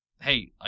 hey